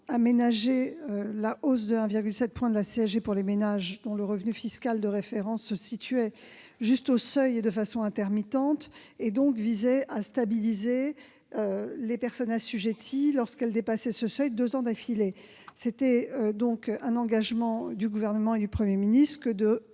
aménager la hausse de 1,7 point de la CSG pour les ménages dont le revenu fiscal de référence se situait juste au seuil et de façon intermittente. Elle visait à stabiliser les personnes assujetties lorsqu'elles dépassaient ce seuil deux années d'affilée. Le Gouvernement et le Premier ministre